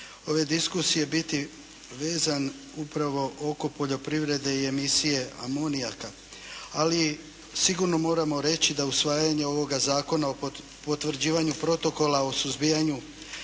ove diskusije biti vezan upravo oko poljoprivrede i emisije amonijaka, ali sigurno moramo reći da usvajanje ovoga Zakona o potvrđivanju Protokola o suzbijanju